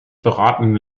beratenden